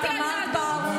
את לא בחזית